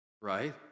right